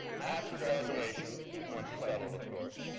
after graduation, once you're settled of course,